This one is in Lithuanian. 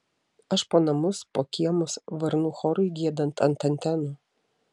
aš po namus po kiemus varnų chorui giedant ant antenų